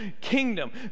kingdom